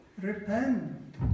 Repent